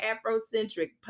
Afrocentric